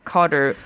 Carter